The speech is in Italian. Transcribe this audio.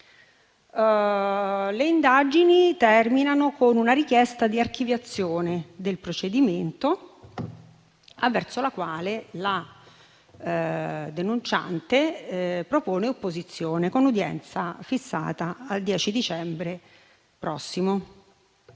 Le indagini terminano con una richiesta di archiviazione del procedimento, avverso la quale la denunciante propone opposizione, con udienza fissata al 10 dicembre prossimo.